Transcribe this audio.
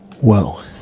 Whoa